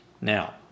Now